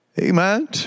Amen